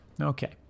Okay